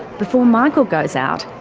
before michael goes out,